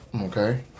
Okay